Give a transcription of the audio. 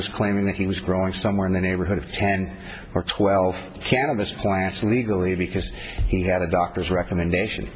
was claiming that he was growing somewhere in the neighborhood of ten or twelve can this points legally because he had a doctor's recommendation